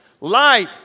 Light